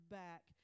back